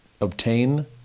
Obtain